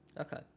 Okay